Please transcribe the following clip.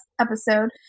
episode